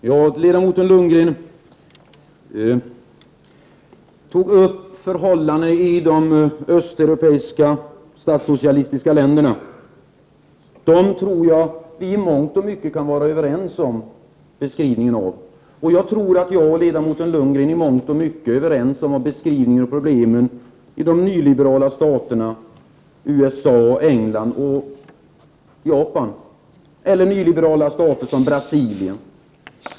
Herr talman! Ledamoten Lundgren tog upp förhållandena i de östeuropeiska statssocialistiska länderna. I mångt och mycket tror jag att vi kan vara överens om beskrivningen av dem. Jag tror att jag och ledamoten Lundgren i mångt och mycket är överens om beskrivningen av problemen i de nyliberala staterna, USA, England och Japan, eller i en nyliberal stat som Brasilien.